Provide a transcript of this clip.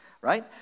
Right